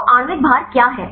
तो आणविक भार क्या है